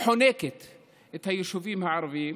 חונקת את היישובים הערביים,